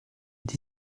dei